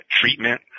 treatment